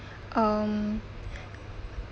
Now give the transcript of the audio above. um